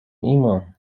ایمان